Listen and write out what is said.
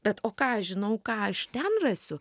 bet o ką aš žinau ką aš ten rasiu